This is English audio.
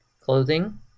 clothing